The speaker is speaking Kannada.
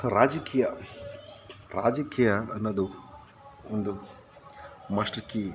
ರಾಜಕೀಯ ರಾಜಕೀಯ ಅನ್ನೋದು ಒಂದು ಮಾಷ್ಟ್ರ್ ಕೀ